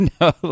No